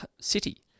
City